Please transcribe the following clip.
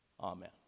Amen